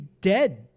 dead